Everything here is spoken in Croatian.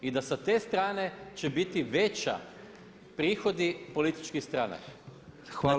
I da sa te strane će biti veći prihodi političkih stranaka.